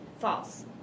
False